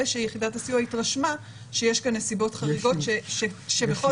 שיחידת הסיוע התרשמה שיש כאן נסיבות חריגות שבכל